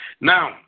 Now